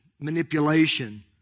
manipulation